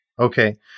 Okay